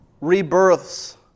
rebirths